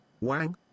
Wang